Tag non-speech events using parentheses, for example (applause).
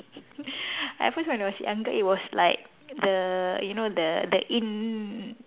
(breath) at first when I was younger it was like the you know the the in